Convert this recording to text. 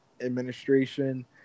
administration